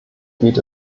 geht